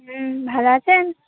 হুম ভালো আছেন